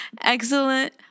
Excellent